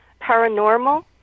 paranormal